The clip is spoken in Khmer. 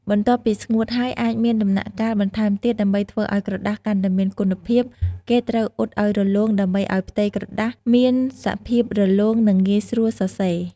បន្ទាប់ពីស្ងួតហើយ អាចមានដំណាក់កាលបន្ថែមទៀតដើម្បីធ្វើឱ្យក្រដាសកាន់តែមានគុណភាព គេត្រូវអ៊ុតឲ្យរលោងដើម្បីឱ្យផ្ទៃក្រដាសមានសភាព រលោង និងងាយស្រួលសរសេរ។